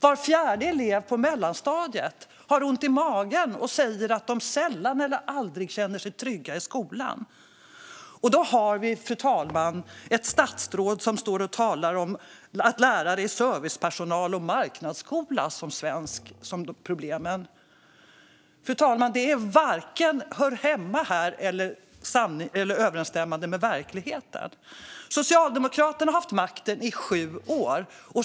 Var fjärde elev på mellanstadiet har ont i magen och säger att de sällan eller aldrig känner sig trygga i skolan. Då står statsrådet och talar om marknadsskola och lärare som servicepersonal som problemen i svensk skola. Det hör inte hemma i den här debatten, fru talman, och det överensstämmer inte med verkligheten. Socialdemokraterna har haft makten i sju år.